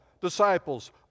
disciples